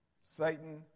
Satan